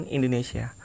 Indonesia